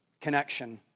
connection